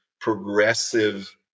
progressive